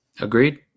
Agreed